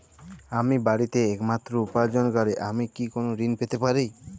আমি বাড়িতে একমাত্র উপার্জনকারী আমি কি কোনো ঋণ পেতে পারি?